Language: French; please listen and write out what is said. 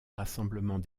rassemblement